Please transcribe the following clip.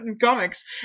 comics